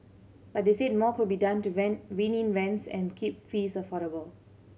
but they said more could be done to rent rein in rents and keep fees affordable